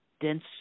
dense